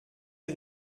les